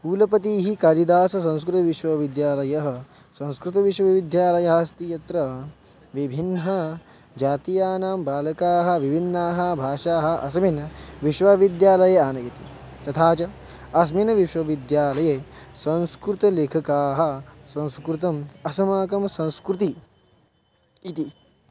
कुलपतिः कालिदाससंस्कृतविश्वविद्यालयः संस्कृतविश्वविद्यालयः अस्ति यत्र विभिन्नजातीयानां बालकाः विभिन्नाः भाषाः अस्मिन् विश्वविद्यालये आनयति तथा च अस्मिन् विश्वविद्यालये संस्कृतलेखकाः संस्कृतम् अस्माकं संस्कृतिः इति